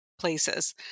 places